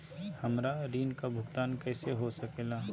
हमरा ऋण का भुगतान कैसे हो सके ला?